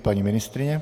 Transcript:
Paní ministryně.